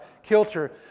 kilter